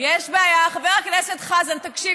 חבר הכנסת חזן, תקשיב.